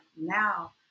now